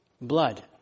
blood